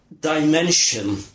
dimension